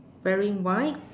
wearing white